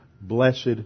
blessed